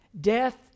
Death